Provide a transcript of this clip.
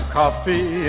coffee